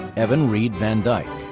evan reed van dyke.